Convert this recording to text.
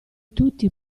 tutti